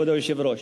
כבוד היושב-ראש.